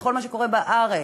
לכל מה שקורה בארץ,